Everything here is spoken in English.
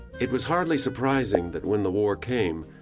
it was hardly surprising that when the war came,